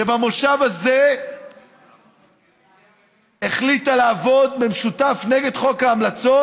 שבמושב הזה החליטה לעבוד במשותף נגד חוק ההמלצות